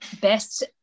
best